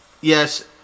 yes